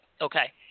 Okay